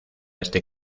este